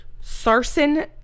sarsen